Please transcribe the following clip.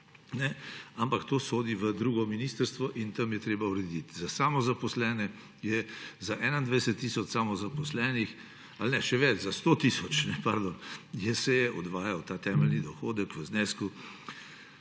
ampak to sodi v drugo ministrstvo in tam je treba urediti. Za 21 tisoč samozaposlenih ali še več, za 100 tisoč, pardon, se je odvajal ta temeljni dohodek v znesku